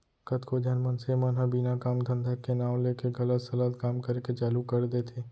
कतको झन मनसे मन ह बिना काम धंधा के नांव लेके गलत सलत काम करे के चालू कर देथे